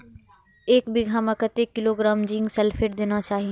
एक बिघा में कतेक किलोग्राम जिंक सल्फेट देना चाही?